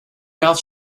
mouth